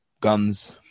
guns